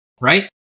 Right